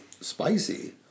spicy